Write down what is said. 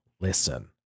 listen